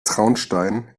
traunstein